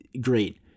great